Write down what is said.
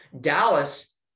Dallas